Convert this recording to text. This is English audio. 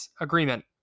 agreement